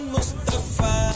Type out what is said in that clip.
Mustafa